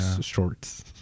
Shorts